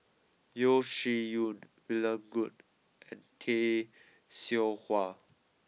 Yeo Shih Yun William Goode and Tay Seow Huah